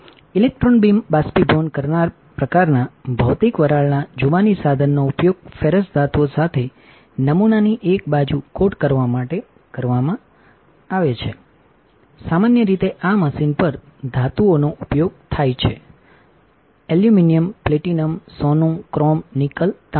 electron beam બાષ્પીભવન કરનાર પ્રકારનાં ભૌતિક વરાળના જુબાની સાધનનો ઉપયોગ ફેરસ ધાતુઓ સાથે નમૂનાની એક બાજુ કોટ કરવા માટે કરવામાં આવે છે સામાન્ય રીતે આ મશીન પર ધાતુઓનો ઉપયોગ થાય છેએલએન્યુમિનિયમ પ્લેટિનમ સોનું ક્રોમ નિકલ તાંબુ